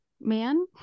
man